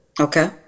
okay